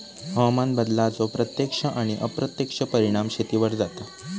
हवामान बदलाचो प्रत्यक्ष आणि अप्रत्यक्ष परिणाम शेतीवर जाता